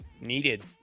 needed